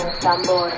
tambor